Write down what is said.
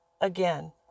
Again